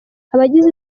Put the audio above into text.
abagize